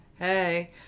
Hey